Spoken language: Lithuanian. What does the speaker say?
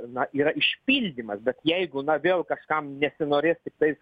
na yra išpildymas bet jeigu na vėl kažkam nesinorės tiktais